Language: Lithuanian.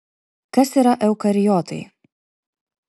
kas yra eukariotai